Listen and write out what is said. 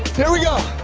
here we go.